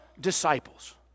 Disciples